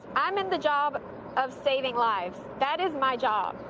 i'm in the job of saving lives. that is my job,